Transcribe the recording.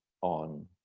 on